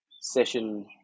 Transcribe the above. session